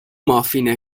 مافین